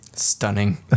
Stunning